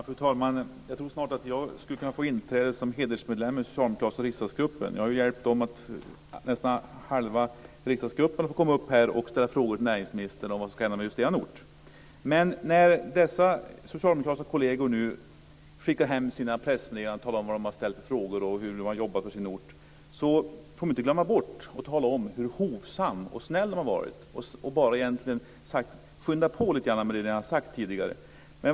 Fru talman! Jag tror att jag snart skulle kunna få inträde som hedersmedlem i den socialdemokratiska riksdagsgruppen. Jag har ju hjälpt nästan halva riksdagsgruppen att komma upp här och ställa frågor till näringsministern om vad som ska hända med just deras orter. När dessa socialdemokratiska kolleger nu skickar hem sina pressmeddelanden och talar om vilka frågor de har ställt och hur de har jobbat för sina orter, får de inte glömma bort att tala om hur hovsamma och snälla de har varit och att de egentligen bara har sagt "skynda på lite grann med det ni har sagt tidigare".